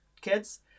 kids